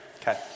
Okay